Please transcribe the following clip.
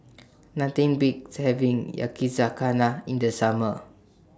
Nothing Beats having Yakizakana in The Summer